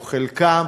או חלקם,